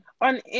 On